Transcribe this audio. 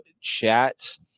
chat